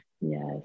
yes